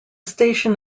station